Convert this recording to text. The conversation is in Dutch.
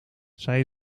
zij